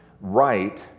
right